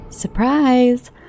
surprise